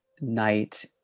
night